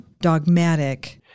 dogmatic